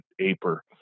aper